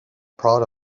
proud